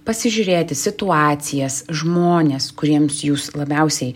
pasižiūrėti situacijas žmonės kuriems jūs labiausiai